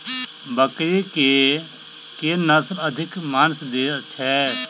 बकरी केँ के नस्ल अधिक मांस दैय छैय?